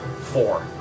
four